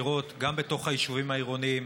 לראות גם בתוך היישובים העירוניים